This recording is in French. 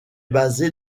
basée